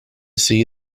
see